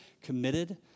committed